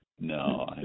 No